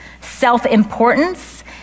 self-importance